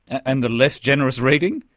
and the less generous reading?